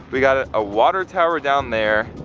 we got a ah water tower down there.